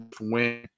win